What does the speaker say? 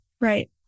Right